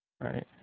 right